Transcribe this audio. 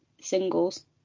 singles